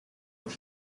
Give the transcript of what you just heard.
het